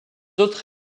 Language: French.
autres